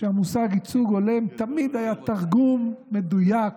כשהמושג "ייצוג הולם" תמיד היה תרגום מדויק